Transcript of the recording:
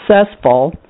successful